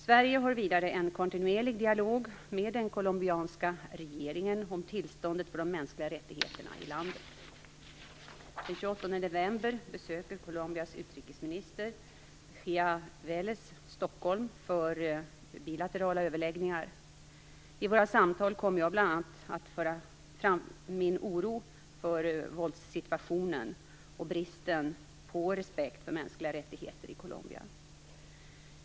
Sverige har vidare en kontinuerlig dialog med den colombianska regeringen om tillståndet för de mänskliga rättigheterna i landet. Den 28 november besöker Colombias utrikesminister Mejía Velez Stockholm för bilaterala överläggningar. Vid våra samtal kommer jag bl.a. att föra fram min oro för våldssituationen och bristen på respekt för mänskliga rättigheter i Colombia.